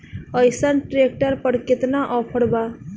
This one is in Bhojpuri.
अइसन ट्रैक्टर पर केतना ऑफर बा?